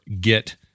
get